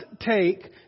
take